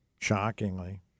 shockingly